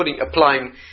applying